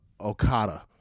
Okada